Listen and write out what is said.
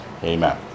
Amen